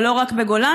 ולא רק בגולני,